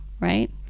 right